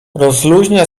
rozluźnia